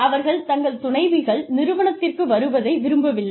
அவர்கள் தங்கள் துணைவிகள் நிறுவனத்திற்கு வருவதை விரும்பவில்லை